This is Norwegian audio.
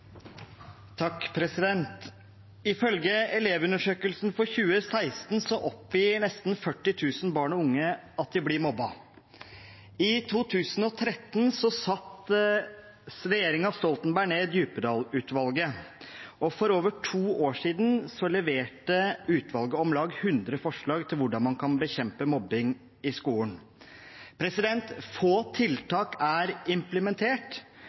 Ifølge Elevundersøkelsen for 2016 oppgir nesten 40 000 barn og unge at de blir mobbet. I 2013 satte regjeringen Stoltenberg ned Djupedal-utvalget. For over to år siden leverte utvalget om lag 100 forslag til hvordan man kan bekjempe mobbing i skolen. Få tiltak er implementert,